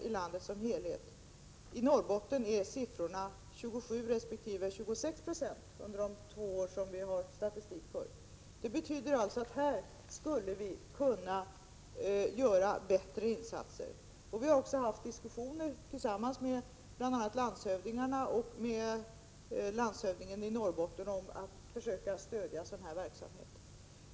I Norrbotten är siffrorna 27 resp. 26 Yo för de två år som vi har statistik över. Det betyder alltså att vi här skulle kunna göra större insatser. Vidare har vi haft diskussioner med bl.a. landshövdingarna — det gäller alltså även landshövdingen i Norrbottens län — om att man måste försöka stödja sådan här verksamhet.